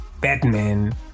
Batman